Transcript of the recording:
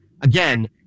again